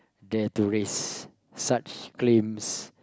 dare to raise such claims